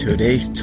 Today's